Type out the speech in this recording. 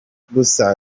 gusa